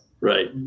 right